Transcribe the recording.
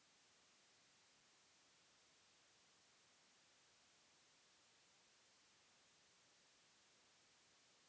वित्त मंत्री देश में सरकारी योजना में होये वाला आय व्यय के लेखा जोखा भी तैयार करेलन